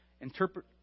interpret